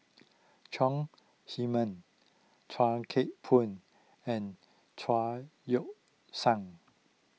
Chong Heman Chuan Keng Boon and Chao Yoke San